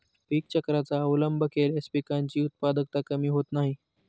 पीक चक्राचा अवलंब केल्यास पिकांची उत्पादकता कमी होत नाही